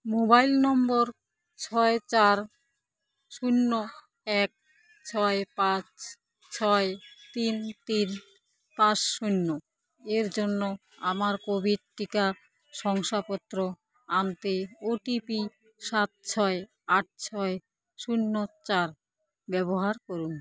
mobile নম্বর ছয় চার শূন্য এক ছয় পাঁচ ছয় তিন তিন পাঁচ শূন্য এর জন্য আমার কোভিড টিকা শংসাপত্র আনতে ওটিপি সাত ছয় আট ছয় শূন্য চার ব্যবহার করুন